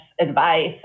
advice